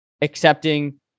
accepting